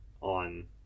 on